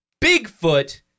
Bigfoot